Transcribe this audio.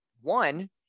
One